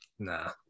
Nah